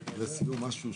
פרסום.